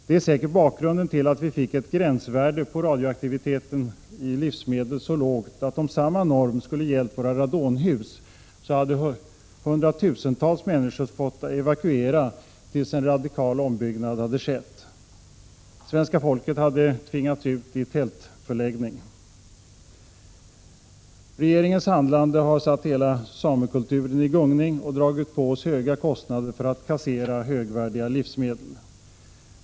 Det är säkert bakgrunden till att vi fick ett gränsvärde på radioaktivitet i livsmedel som var så lågt att om samma norm hade gällt våra radonhus skulle hundratusentals människor ha fått evakuera tills en radikal ombyggnad hade skett. Svenska folket hade tvingats ut i tältförläggning. Regeringens handlande har satt hela samekulturen i gungning och dragit på oss höga kostnader för att kassera högvärdiga livsmedel.